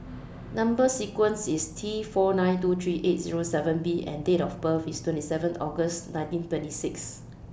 Number sequence IS T four nine two three eight Zero seven B and Date of birth IS twenty seven August nineteen twenty six